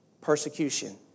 Persecution